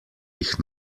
jih